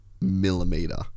millimeter